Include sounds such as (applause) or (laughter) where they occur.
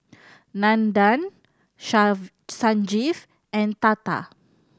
Nandan (unintelligible) Sanjeev and Tata